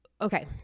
Okay